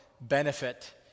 benefit